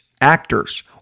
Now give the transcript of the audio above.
actors